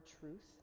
truth